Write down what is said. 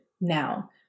now